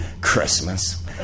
Christmas